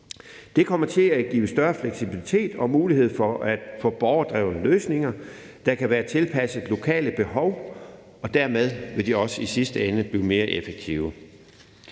Det kommer til at give en større fleksibilitet og mulighed for borgerdrevne løsninger, der kan være tilpasset lokale behov, og dermed vil de også i sidste ende blive mere effektive.